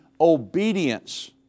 obedience